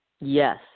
Yes